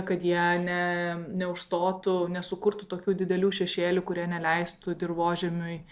kad jie ne neužstotų nesukurtų tokių didelių šešėlių kurie neleistų dirvožemiui